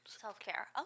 Self-care